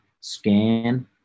scan